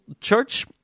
Church